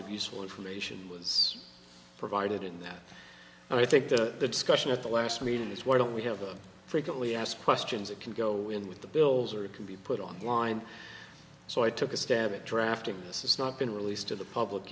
of useful information was provided in that and i think that the discussion at the last meeting is why don't we have them frequently asked questions that can go in with the bills or it can be put on line so i took a stab at drafting this is not been released to the public